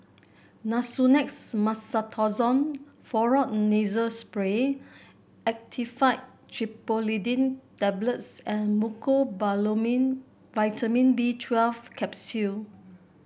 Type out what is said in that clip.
Nasonex Mometasone Furoate Nasal Spray Actifed Triprolidine Tablets and Mecobalamin Vitamin B twelve Capsule